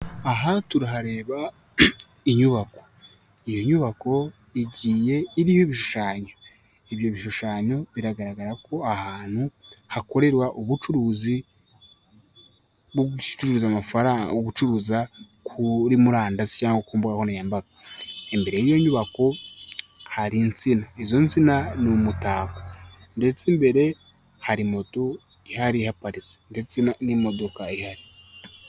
Aha turahareba inyubako, iyo nyubako igiye iriho ibishushanyo; ibyo bishushanyo biragaragara ko aha hantu hakorerwa ubucuruzi bwo gucuruza amafara... Gucuruza kuri murandasi cyangwa ku mbuga nkoranyambaga. Imbere y'iyo nyubako hari insina, izo nsina ni umutako, ndetse imbere hari moto ihari ihapatse ndetse n'imodoka ihari.